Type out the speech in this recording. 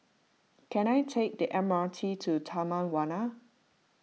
can I take the M R T to Taman Warna